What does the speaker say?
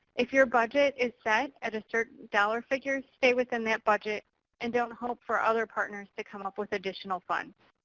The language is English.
if your budget is set at a certain dollar figure, stay within that budget and don't hope for other partners to come up with additional funds.